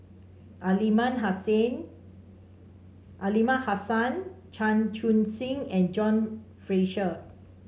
Aliman Aliman Hassan Chan Chun Sing and John Fraser